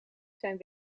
zijn